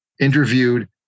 interviewed